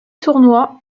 tournoi